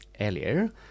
earlier